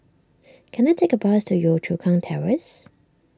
can I take a bus to Yio Chu Kang Terrace